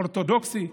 אורתודוקסי,